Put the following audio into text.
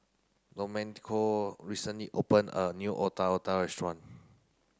Domenico recently opened a new Otak Otak restaurant